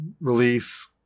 release